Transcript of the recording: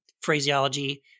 phraseology